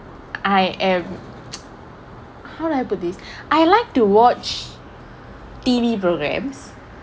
I am how do I put this I like to watch T_V programs